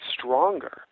stronger